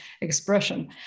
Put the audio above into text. expression